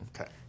Okay